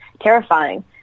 terrifying